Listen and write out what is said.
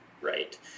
right